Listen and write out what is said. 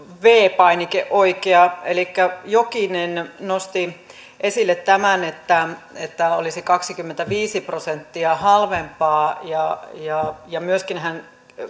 oikea jokinen nosti esille tämän että että olisi kaksikymmentäviisi prosenttia halvempaa ja ja hän myöskin